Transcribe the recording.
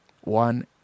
One